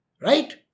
Right